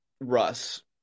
Russ